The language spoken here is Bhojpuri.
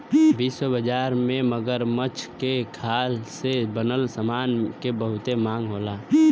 विश्व बाजार में मगरमच्छ के खाल से बनल समान के बहुत मांग होला